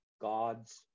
God's